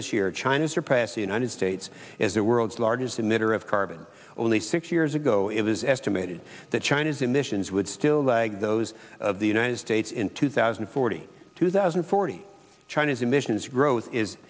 this year china surpassed the united states as the world's largest emitter of carbon only six years ago it was estimated that china's emissions would still lag those of the united states in two thousand and forty two thousand and forty china's emissions growth is